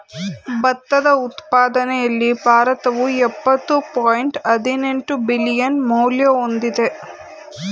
ಭತ್ತದ ಉತ್ಪಾದನೆಯಲ್ಲಿ ಭಾರತವು ಯಪ್ಪತ್ತು ಪಾಯಿಂಟ್ ಹದಿನೆಂಟು ಬಿಲಿಯನ್ ಮೌಲ್ಯ ಹೊಂದಿದೆ